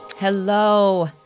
Hello